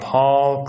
Paul